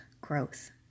growth